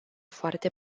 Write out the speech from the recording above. foarte